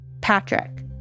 Patrick